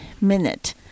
minute